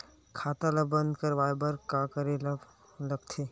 खाता ला बंद करवाय बार का करे ला लगथे?